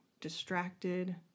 distracted